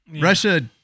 Russia